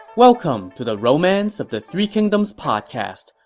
welcome to the romance of the three kingdoms podcast.